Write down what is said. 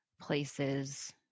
places